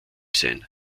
sein